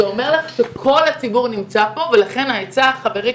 זה אומר לך שכל הציבור נמצא פה ולכן העצה החברית